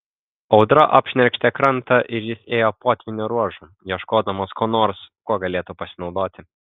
audra apšnerkštė krantą ir jis ėjo potvynio ruožu ieškodamas ko nors kuo galėtų pasinaudoti